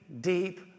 deep